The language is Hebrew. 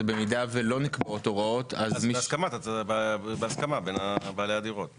היא: במידה שלא נקבעות הוראות אז מי --- אז בהסכמה בין בעלי הדירות.